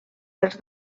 dels